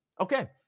Okay